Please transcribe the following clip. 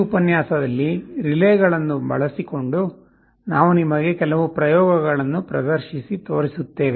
ಈ ಉಪನ್ಯಾಸದಲ್ಲಿ ರಿಲೇಗಳನ್ನು ಬಳಸಿಕೊಂಡು ನಾವು ನಿಮಗೆ ಕೆಲವು ಪ್ರಯೋಗಗಳನ್ನು ಪ್ರದರ್ಶಿಸಿ ತೋರಿಸುತ್ತೇವೆ